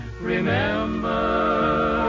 Remember